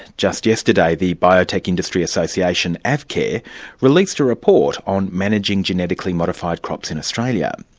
just yesterday, the biotech industry association, avcare, released a report on managing genetically modified crops in australia.